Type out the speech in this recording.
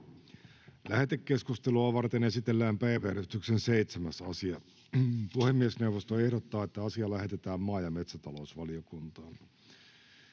Lähetekeskustelua varten esitellään päiväjärjestyksen 8. asia. Puhemiesneuvosto ehdottaa, että asia lähetetään maa- ja metsätalousvaliokuntaan.